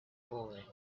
boy